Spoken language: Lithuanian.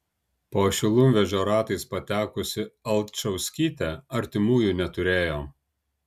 po šilumvežio ratais patekusi alčauskytė artimųjų neturėjo